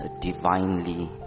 divinely